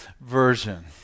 version